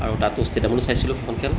আৰু তাতো ষ্টেডিয়ামতো চাইছিলোঁ সেইখন খেল